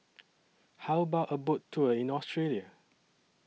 How about A Boat Tour in Australia